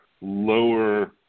lower